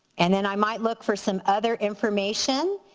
and then i might look for some other information.